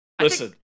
Listen